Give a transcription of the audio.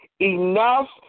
Enough